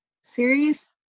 series